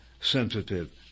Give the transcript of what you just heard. sensitive